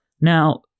Now